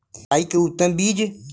राई के उतम बिज?